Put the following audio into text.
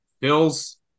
Bills